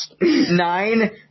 nine